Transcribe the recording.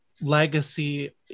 legacy